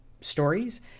stories